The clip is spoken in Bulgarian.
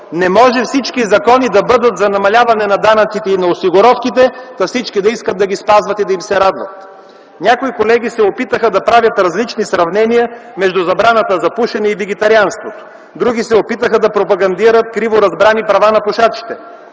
Не може всички закони да бъдат за намаляване на данъците и на осигуровките, та всички да искат да ги спазват и да им се радват. Някои колеги се опитаха да правят различни сравнения между забраната за пушенето и вегетарианството, други се опитаха да пропагандират криворазбрани права на пушачите.